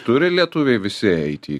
turi lietuviai visi eiti